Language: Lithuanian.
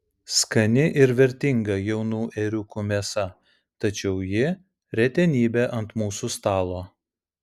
skani ir vertinga jaunų ėriukų mėsa tačiau ji retenybė ant mūsų stalo